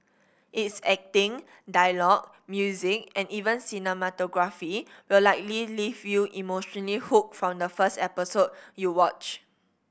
its acting dialogue music and even cinematography will likely leave you emotionally hooked from the first episode you watch